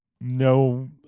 no